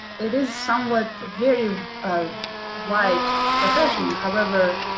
it is somewhat very ah wide profession however,